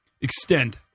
extend